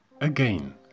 Again